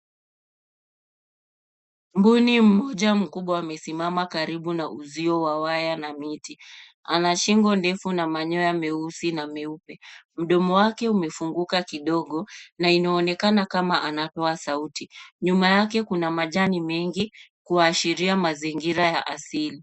Mbuni mmoja mkubwa amesimama karibu na uzio wa waya na miti. Ana shingo ndefu na manyoya meusi na meupe. Mdomo wake umefunguka kidogo, na inaonekana kama anatoa sauti. Nyuma yake kuna majani mengi, kuashiria mazingira ya asili.